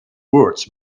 words